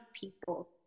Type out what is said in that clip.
people